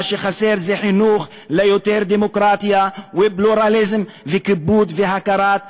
מה שחסר זה חינוך ליותר דמוקרטיה ופלורליזם וכיבוד והכרת האחר,